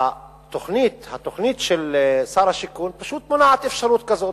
התוכנית של שר השיכון פשוט מונעת אפשרות כזאת.